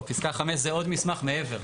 לא, פסקה 5 זה עוד מסמך מעבר.